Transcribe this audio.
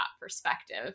perspective